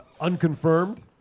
unconfirmed